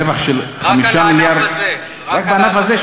רווח של 5 מיליארד רק בענף הזה,